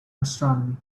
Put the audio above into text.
astronomy